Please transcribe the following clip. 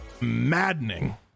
maddening